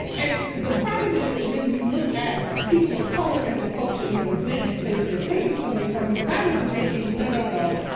and the problem is then you look at people of color as the folks that you resent and say that they're taking something from you, rather than thinking, no, no, no,